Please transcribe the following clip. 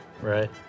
Right